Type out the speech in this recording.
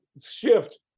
shift